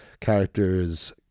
characters